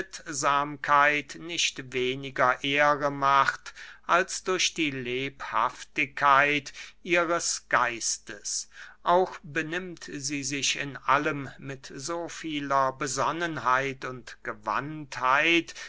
nicht weniger ehre macht als durch die lebhaftigkeit ihres geistes auch benimmt sie sich in allem mit so vieler besonnenheit und